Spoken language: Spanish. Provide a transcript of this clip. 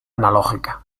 analógica